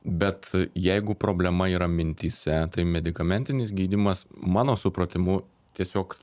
bet jeigu problema yra mintyse tai medikamentinis gydymas mano supratimu tiesiog